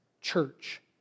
church